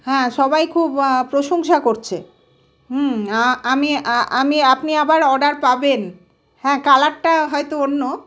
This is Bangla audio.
হ্যাঁ সবাই খুব প্রশংসা করছে আমি আমি আপনি আবার অর্ডার পাবেন হ্যাঁ কালারটা হয়তো অন্য